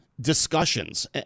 discussions